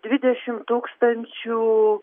dvidešimt tūkstančių